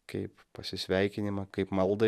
kaip pasisveikinimą kaip maldą